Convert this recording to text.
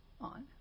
on